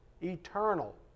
Eternal